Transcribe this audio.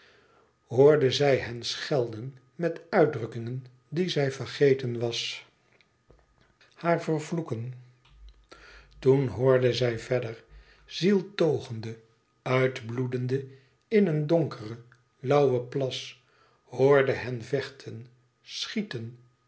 hoorde zij hen schelden met uitdrukkingen die zij vergeten was haar vervloeken toen hoorde zij verder zieltogende uitbloedende in een donkere lauwe plas hoorde hen vechten schieten